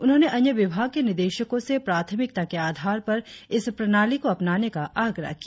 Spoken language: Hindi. उन्होंने अन्य विभाग के निदेशको से प्राथमिकता के आधार पर इस प्रणाली को अपनाने का आग्रह किया